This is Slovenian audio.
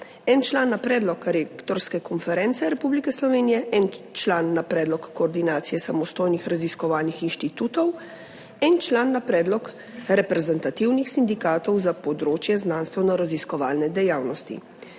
en član na predlog Rektorske konference Republike Slovenije, en član na predlog Koordinacije samostojnih raziskovalnih inštitutov Slovenije, en član na predlog reprezentativnih sindikatov za področje znanstvenoraziskovalne dejavnosti.